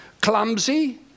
clumsy